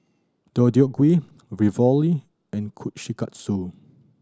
Deodeok Gui Ravioli and Kushikatsu